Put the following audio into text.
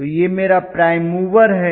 तो यह मेरा प्राइम मूवर है